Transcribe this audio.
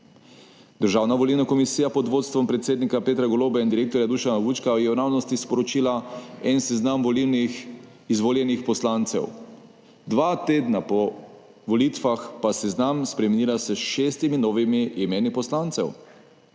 Državna volilna komisija pod vodstvom predsednika Petra Goloba in direktorja Dušana Vučka je v ravnosti sporočila en seznam volilnih izvoljenih poslancev, dva tedna po volitvah pa seznam spremenila s šestimi novimi imeni poslancev.